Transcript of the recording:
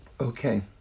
okay